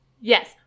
Yes